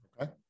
Okay